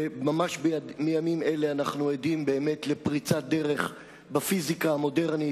וממש בימים אלה אנחנו עדים לפריצת דרך בפיזיקה המודרנית,